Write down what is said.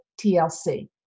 TLC